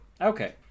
okay